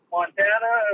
Montana